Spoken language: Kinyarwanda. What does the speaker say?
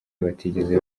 batigeze